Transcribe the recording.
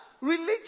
religion